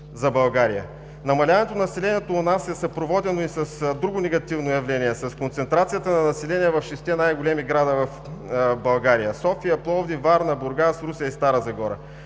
за България. Намаляването на населението у нас е съпроводено и с друго негативно явление – с концентрацията на население в шестте най-големи града в България: София, Пловдив, Варна, Бургас, Русе и Стара Загора.